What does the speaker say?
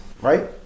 right